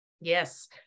Yes